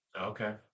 Okay